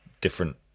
different